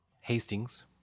hastings